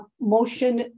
Motion